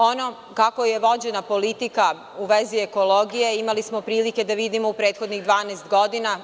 Ono kako je vođena politika u vezi ekologije, imali smo prilike da vidimo u prethodnih 12 godina.